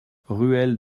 ruelle